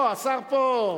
או, השר פה.